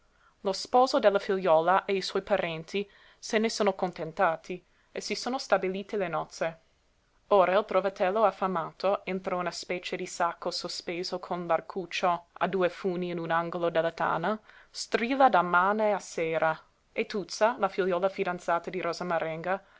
lo sposo della figliuola e i suoi parenti se ne sono contentati e si sono stabilite le nozze ora il trovatello affamato entro una specie di sacco sospeso con l'arcuccio a due funi in un angolo della tana strilla da mane a sera e tuzza la figliuola fidanzata di rosa marenga